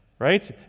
right